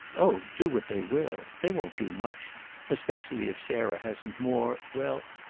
oh do what they will'! they won't do much especially if sarah hasn't more well,